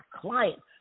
clients